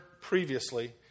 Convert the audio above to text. previously